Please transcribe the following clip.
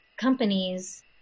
companies